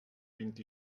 vint